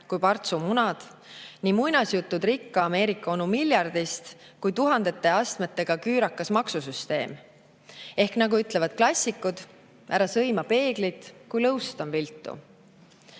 ka Partsu munad, nii muinasjutud rikka Ameerika onu miljardist kui ka tuhandete astmetega küürakas maksusüsteem. Ehk nagu ütlevad klassikud: ära sõima peeglit, kui lõust on viltu.